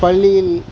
பள்ளியில்